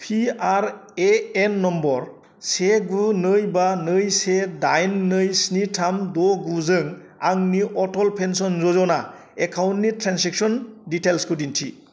PRAN number से गु नै बा नै से दाइन नै स्नि थाम द' गुजों आंनि अटल पेन्सन यजना एकाउन्टनि ट्रेन्जेक्सन डिटैल्सखौ दिन्थि